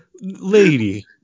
Lady